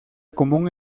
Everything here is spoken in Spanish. común